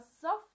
soft